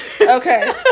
okay